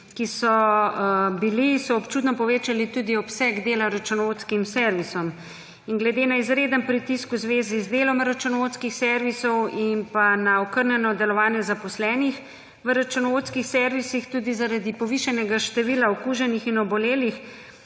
ki so bili so občutno povečali tudi obseg dela računovodskim servisom in glede na izreden pritisk v zvezi z delom računovodskih servisov in pa na okrnjeno delovanje zaposlenih v računovodskih servisih tudi, zaradi povišanega števila okuženih in obolelih